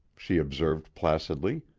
she observed placidly.